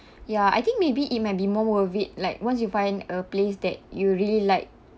ya I think maybe it might be more worth it like once you find a place that you really like